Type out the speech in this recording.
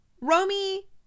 Romy